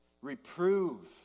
Reprove